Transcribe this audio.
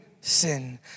sin